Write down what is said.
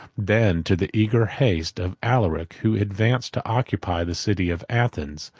than to the eager haste of alaric, who advanced to occupy the city of athens,